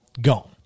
Gone